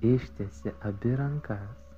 ištiesi abi rankas